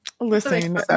Listen